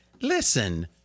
listen